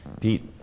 Pete